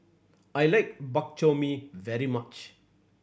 I like Bak Chor Mee very much